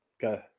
Go